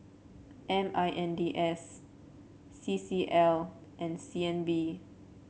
M I N D S C C L and C N B